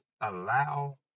allow